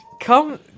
come